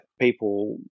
people